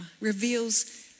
reveals